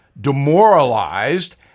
demoralized